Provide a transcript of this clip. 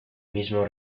mismo